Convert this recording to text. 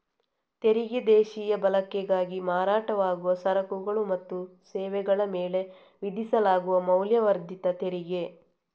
ತೆರಿಗೆ ದೇಶೀಯ ಬಳಕೆಗಾಗಿ ಮಾರಾಟವಾಗುವ ಸರಕುಗಳು ಮತ್ತು ಸೇವೆಗಳ ಮೇಲೆ ವಿಧಿಸಲಾಗುವ ಮೌಲ್ಯವರ್ಧಿತ ತೆರಿಗೆ